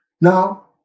Now